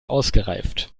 ausgereift